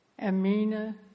Amina